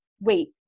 wait